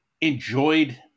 enjoyed